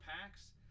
packs